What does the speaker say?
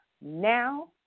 Now